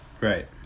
Right